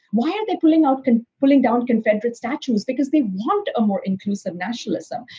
why are they pulling out and pulling down confederate statues? because they want a more inclusive nationalism.